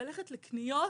ללכת לקניות